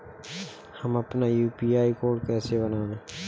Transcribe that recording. हम अपना UPI code कैसे बनाएँ?